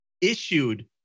issued